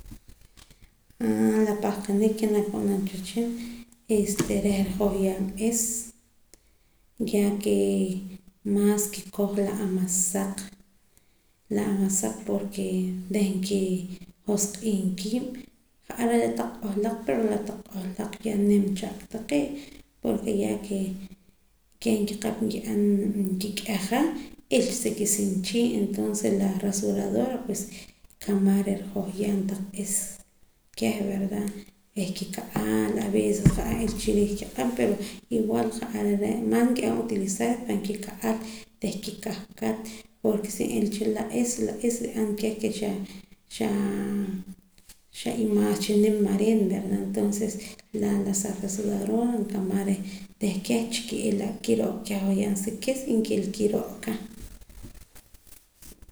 Aa la pahqanik ke naak ab'anam cha wehchin este reh nrijohyaam is ya ke maas nkikoj la amasaq la amasaq porke reh nkijosq'iim kiib' ja'ar are' taq k'ojoloq pero taq k'ojoloq ya nim cha aka taqee' por ke ya ke keh nkiqap nki'an nkik'eja n'ila cha sa kisinchii' entonces la rasuradora nkamaj reh nrijohyaam taq is kieh verdad reh kika'al avees ja'ar n'ila cha chikiij kiq'ab' pero igual ja'ar are' maas nki'an utilizar pan kika'al reh kikahkat porke si n'ila cha la is y la is nri'an ke xa xa'imaas cha nim mareen verda la rasuradora nkamaj reh kieh chiki'ila kiro'ka nkijohyaam sa kis y nkila kiro'ka